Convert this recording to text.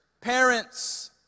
Parents